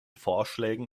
vorschlägen